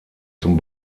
zum